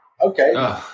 Okay